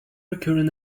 recurring